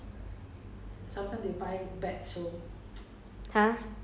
don't know very very bad the show Netflix origins cannot